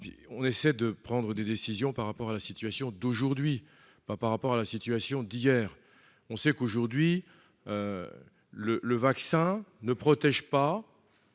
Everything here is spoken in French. on essaie de prendre des décisions par rapport à la situation d'aujourd'hui, pas par rapport à la situation d'hier, on sait qu'aujourd'hui le le vaccin ne protège pas.